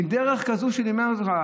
מדרך כזאת שלימד אותך,